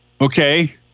Okay